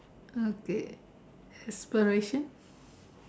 okay aspirations